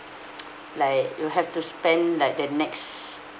like you have to spend like the next